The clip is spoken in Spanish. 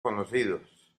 conocidos